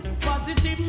positive